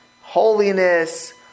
holiness